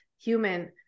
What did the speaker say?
human